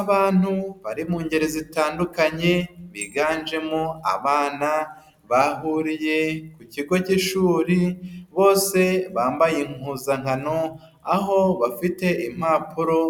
Abantu bari mu ngeri zitandukanye, biganjemo abana, bahuriye ku kigo cy'ishuri, bose bambaye impuzankano, aho bafite impapuro